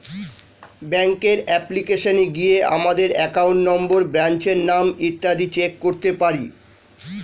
ব্যাঙ্কের অ্যাপ্লিকেশনে গিয়ে আমাদের অ্যাকাউন্ট নম্বর, ব্রাঞ্চের নাম ইত্যাদি চেক করতে পারি